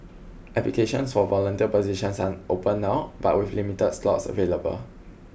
applications for volunteer positions are open now but with limited slots available